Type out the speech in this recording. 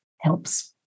helps